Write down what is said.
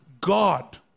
God